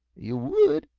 yuh would?